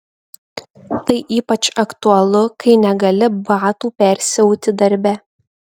tai ypač aktualu kai negali batų persiauti darbe